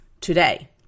today